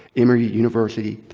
emory university,